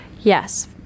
yes